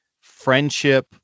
friendship